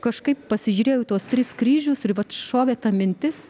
kažkaip pasižiūrėjau į tuos tris kryžius ir vat šovė ta mintis